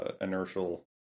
inertial